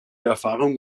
erfahrung